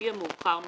לפי המאוחר מביניהם.